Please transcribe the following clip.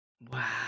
Wow